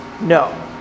No